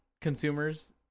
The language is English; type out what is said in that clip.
consumers